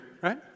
right